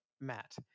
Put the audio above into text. Matt